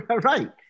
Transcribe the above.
Right